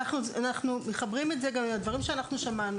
אנחנו מחברים את זה גם לדברים שאנחנו שמענו